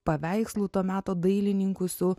paveikslų to meto dailininkų su